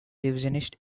revisionist